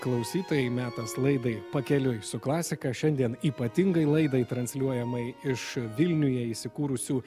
klausytojai metas laidai pakeliui su klasika šiandien ypatingai laidai transliuojamai iš vilniuje įsikūrusių